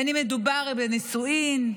בין אם מדובר בנישואים,